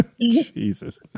Jesus